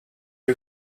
you